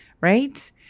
Right